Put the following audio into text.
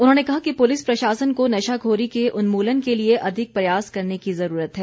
उन्होंने कहा कि पुलिस प्रशासन को नशाखोरी के उन्मूलन के लिए अधिक प्रयास करने की ज़रूरत है